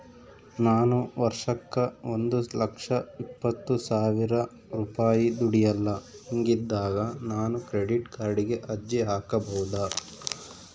ನಾನು ವರ್ಷಕ್ಕ ಒಂದು ಲಕ್ಷ ಇಪ್ಪತ್ತು ಸಾವಿರ ರೂಪಾಯಿ ದುಡಿಯಲ್ಲ ಹಿಂಗಿದ್ದಾಗ ನಾನು ಕ್ರೆಡಿಟ್ ಕಾರ್ಡಿಗೆ ಅರ್ಜಿ ಹಾಕಬಹುದಾ?